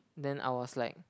then I was like